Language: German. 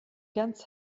ganz